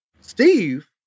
Steve